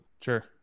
Sure